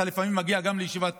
אתה לפעמים מגיע גם לישיבת